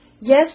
Yes